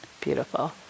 beautiful